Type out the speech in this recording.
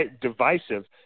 divisive